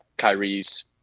Kyrie's